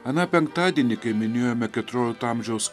aną penktadienį kai minėjome keturiolikto amžiaus